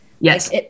Yes